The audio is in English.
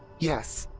yes,